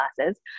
classes